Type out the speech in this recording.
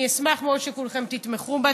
אני אשמח מאוד שכולכם תתמכו בה.